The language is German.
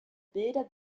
bilder